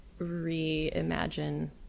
reimagine